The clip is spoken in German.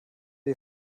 dir